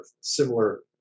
similar